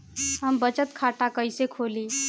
हम बचत खाता कईसे खोली?